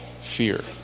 fear